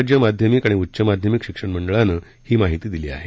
राज्य माध्यमिक आणि उच्च माध्यमिक शिक्षण मंडळानं ही माहिती दिली आहे